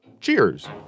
Cheers